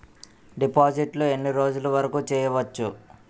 డిపాజిట్లు ఎన్ని రోజులు వరుకు చెయ్యవచ్చు?